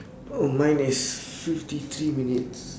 oh mine is fifty three minutes